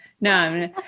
no